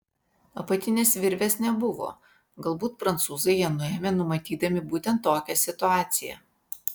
apatinės virvės nebuvo galbūt prancūzai ją nuėmė numatydami būtent tokią situaciją